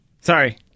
Sorry